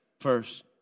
first